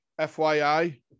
FYI